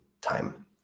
time